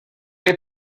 est